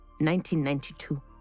1992